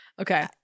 Okay